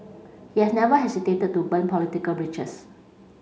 he has never hesitated to burn political bridges